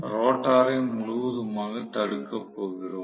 ரோட்டாரை முழுவதுமாக தடுக்கப் போகிறோம்